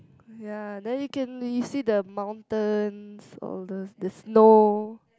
ya then you can you see the mountains or the the snow